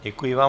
Děkuji vám.